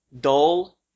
Dull